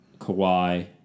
Kawhi